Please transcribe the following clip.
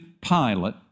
Pilate